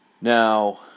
Now